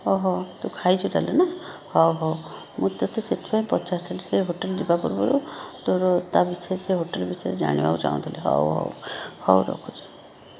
ଓହଃ ତୁ ଖାଇଛୁ ତାହେଲେ ନା ହଉ ହଉ ମୁଁ ତତେ ସେଥିପାଇଁ ପଚାରୁଥିଲି ସେ ହୋଟେଲ୍ ଯିବା ପୂର୍ବରୁ ତୋର ତା ବିଷୟରେ ସେ ହୋଟଲ୍ ବିଷୟରେ ଜାଣିବାକୁ ଚାହୁଁଥିଲି ହଉ ହଉ ହଉ ରଖୁଛି